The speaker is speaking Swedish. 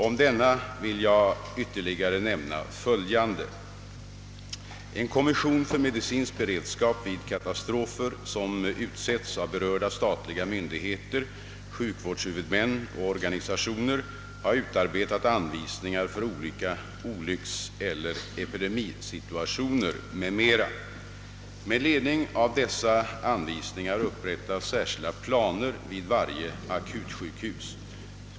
Om denna vill jag ytterligare nämna följande. En kommission för medicinsk beredskap vid katastrofer, som utsetts av berörda statliga myndigheter, sjukvårdshuvudmän och organisationer, har utarbetat anvisningar för olika olyckseller epidemisituationer m.m. Med ledning av dessa anvisningar upprättas särskilda planer vid varje akutsjukhus.